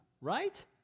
right